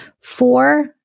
Four